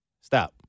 Stop